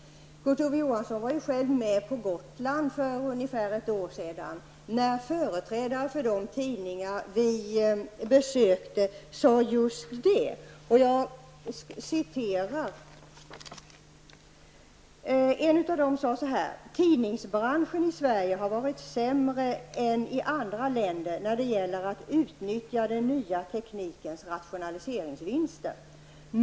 Kurt-Ove Johansson var själv med på Gotland för ungefär ett år sedan, när företrädare för de tidningar vi besökte sade just det. En av dem sade så här: ''Tidningsbranchen i Sverige har varit sämre än i andra länder när det gäller att utnyttja den nya teknikens rationaliseringsvinster.